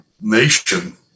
nation